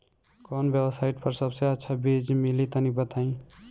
कवन वेबसाइट पर सबसे अच्छा बीज मिली तनि बताई?